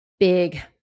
big